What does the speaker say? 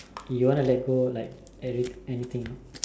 you want to let go like any~ anything you know